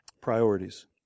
Priorities